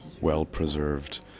well-preserved